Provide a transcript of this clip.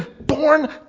born